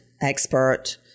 expert